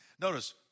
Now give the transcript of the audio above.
Notice